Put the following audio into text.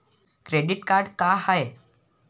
Credit card का हाय?